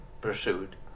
pursued